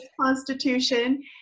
Constitution